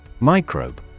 Microbe